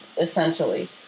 essentially